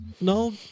No